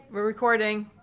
we're recording